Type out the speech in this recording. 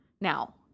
now